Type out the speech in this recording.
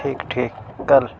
ٹھیک ٹھیک کل